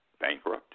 bankrupt